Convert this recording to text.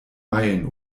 meilen